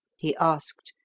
he asked,